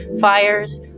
fires